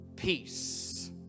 Peace